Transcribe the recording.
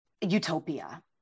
Utopia